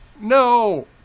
No